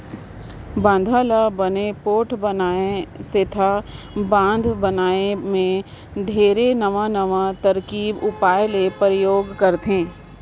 बांधा ल बने पोठ बनाए सेंथा बांध बनाए मे ढेरे नवां नवां तरकीब उपाय ले परयोग करथे